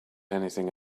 anything